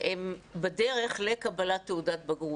הן בדרך לקבלת תעודת בגרות,